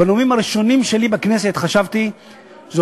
בנאומים הראשונים שלי בכנסת חשבתי שזו